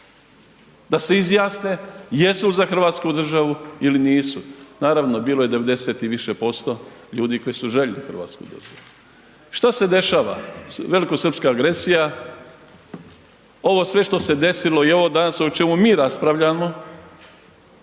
da se izjasne jesu za hrvatsku državu ili nisu. Naravno, bilo je 90% ljudi koji su željeli hrvatsku državu. Šta se dešava, velikosrpska agresija, ovo sve što se desilo i ovo danas o čemu mi raspravljamo